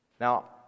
Now